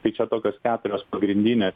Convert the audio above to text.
tai čia tokios keturios pagrindinės